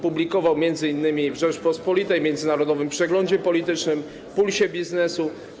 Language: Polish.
Publikował m.in. w „Rzeczpospolitej”, „Międzynarodowym Przeglądzie Politycznym”, „Pulsie Biznesu”